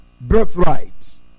birthright